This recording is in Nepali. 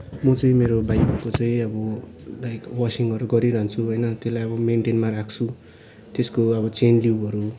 म चाहिँ मेरो बाइकको चाहिँ अब लाइक वासिङहरू गरिरहन्छु होइन त्यसलाई अब मेन्टनमा राख्छु त्यसको अब चेन लिभहरू